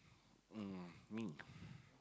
mm me